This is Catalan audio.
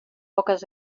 poques